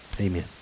amen